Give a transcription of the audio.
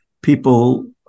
people